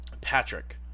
Patrick